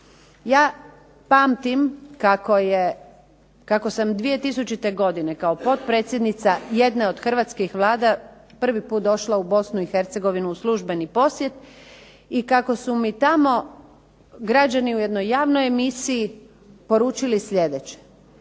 Ja pamtim kako samo 2000. godine kao potpredsjednica jedne od hrvatskih vlada prvi put došla u BiH u službeni posjet i kako su mi tamo građani u jednoj javnoj emisiji poručili sljedeće: